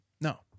No